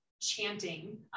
chanting